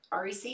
REC